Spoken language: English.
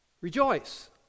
rejoice